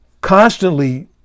constantly